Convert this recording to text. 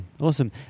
awesome